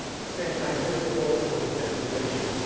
at the same time, there is a role for decentralization.